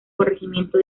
corregimiento